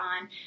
on